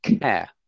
care